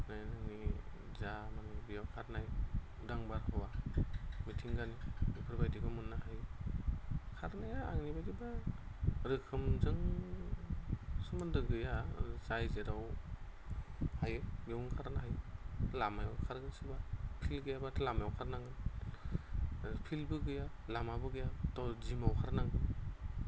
आरो नोंनि जा बेयाव माने खारनाय उदां बारहावा मिथिंगानि बेफोरबायदिखौ मोननो हायो खारनाया आंनि बायदिबा रोखोमजों सोमोन्दो गैया जाय जेराव हायो बेयावनो खारनो हायो लामायाव खारो सोरबा फिल्द गैयाब्ला लामायाव खारनो नांगोन फिल्दबो गैया लामाबो गैया थ' जिमाव खारनांगोन